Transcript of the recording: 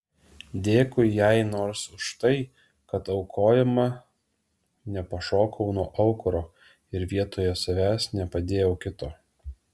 dėkui jai nors už tai kad aukojama nepašokau nuo aukuro ir vietoje savęs nepadėjau kito